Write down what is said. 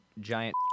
giant